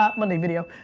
ah monday video.